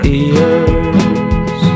ears